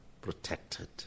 Protected